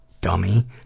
dummy